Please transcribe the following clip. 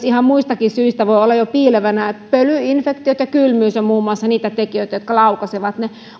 ihan muistakin syistä ja se voi olla jo piilevänä pölyinfektiot ja kylmyys ovat muun muassa niitä tekijöitä jotka laukaisevat ne